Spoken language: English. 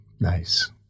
Nice